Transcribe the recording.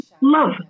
love